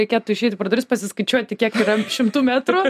reikėtų išeit pro duris pasiskaičiuoti kiek yra šimtų metrų